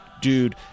dude